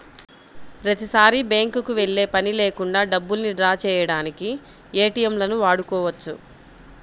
ప్రతిసారీ బ్యేంకుకి వెళ్ళే పని లేకుండా డబ్బుల్ని డ్రా చేయడానికి ఏటీఎంలను వాడుకోవచ్చు